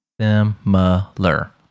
similar